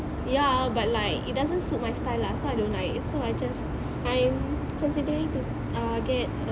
ya but like it doesn't suit my style lah that's why I don't like so I just I'm considering to ah get